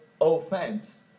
offense